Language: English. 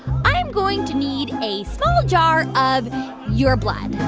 i'm going to need a small jar of your blood